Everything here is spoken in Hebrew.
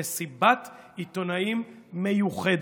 מסיבת עיתונאים מיוחדת,